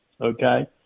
Okay